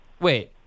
Wait